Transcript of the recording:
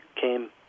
came